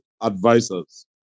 advisors